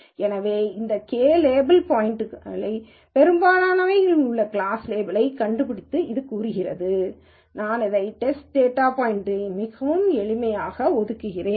எனவே இந்த K label data பாய்ன்ட்களில் பெரும்பாலானவை உள்ள கிளாஸ் லேபிளைக் கண்டுபிடிக்க இது கூறுகிறது நான் அதை டெஸ்ட் டேட்டா பாய்ன்ட்க்கு மிகவும் எளிமையாக ஒதுக்குகிறேன்